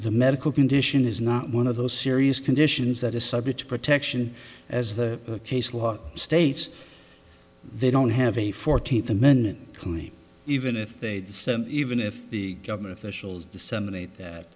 the medical condition is not one of those serious conditions that is subject to protection as the case law states they don't have a fourteenth amendment committee even if they'd send even if the government officials disseminate that